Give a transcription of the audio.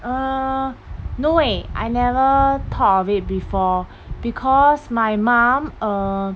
err no eh I never thought of it before because my mom uh